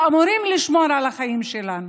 שאמורים לשמור על החיים שלנו.